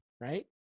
right